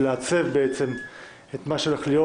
ולעצב בעצם את מה שהולך להיות.